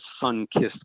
sun-kissed